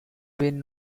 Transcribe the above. been